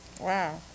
Wow